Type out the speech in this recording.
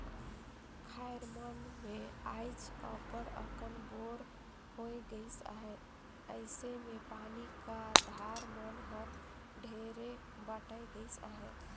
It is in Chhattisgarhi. खाएर मन मे आएज अब्बड़ अकन बोर होए गइस अहे अइसे मे पानी का धार मन हर ढेरे बटाए गइस अहे